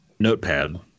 Notepad